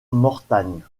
mortagne